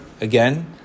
again